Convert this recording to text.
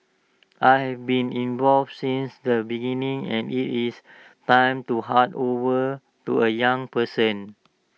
I have been involved since the beginning and IT is time to hand over to A young person